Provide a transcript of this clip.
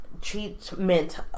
treatment